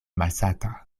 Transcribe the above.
malsata